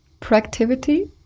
proactivity